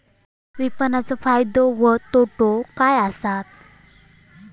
विपणाचो फायदो व तोटो काय आसत?